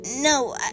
No